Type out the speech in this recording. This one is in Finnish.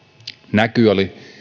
näky oli